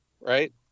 right